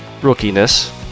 rookiness